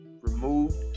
removed